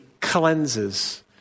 cleanses